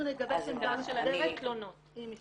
אנחנו נגבש עמדה --- אוקיי,